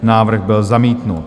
Návrh byl zamítnut.